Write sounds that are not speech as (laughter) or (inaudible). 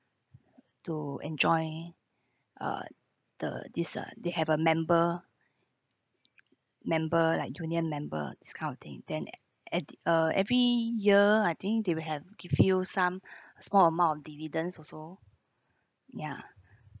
to enjoy uh the this uh they have a member member like union member this kind of thing then a~ at uh every year I think they will have give you some (breath) small amount of dividends also ya